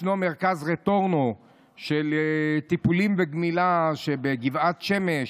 ישנו מרכז רטורנו של טיפולים וגמילה בגבעת שמש.